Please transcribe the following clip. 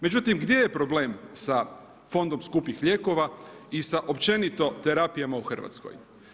Međutim, gdje je problem sa fondom skupih lijekova i sa općenito terapijama u Hrvatskoj.